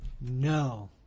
no